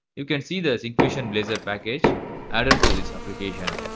you can see the syncfusion blazor package added to this application.